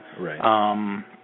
Right